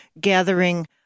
gathering